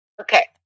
Okay